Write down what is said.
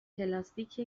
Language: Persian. پلاستیک